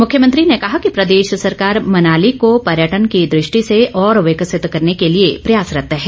मुख्यमंत्री ने कहा कि प्रदेश सरकार मनाली को पर्यटन की दृष्टि से और विकसित करने के लिए प्रयासरत है